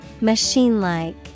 Machine-like